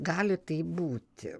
gali taip būti